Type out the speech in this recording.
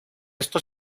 esto